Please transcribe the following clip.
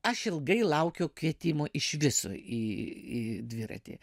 aš ilgai laukiau kvietimo iš viso į į dviratį